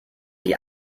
die